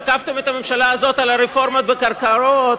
תקפתם את הממשלה הזאת על הרפורמות בקרקעות,